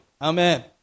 Amen